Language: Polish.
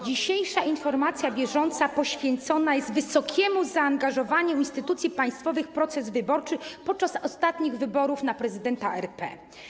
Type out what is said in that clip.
Dzisiejsza informacja bieżąca poświęcona jest wysokiemu zaangażowaniu instytucji państwowych w proces wyborczy podczas ostatnich wyborów na prezydenta RP.